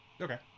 Okay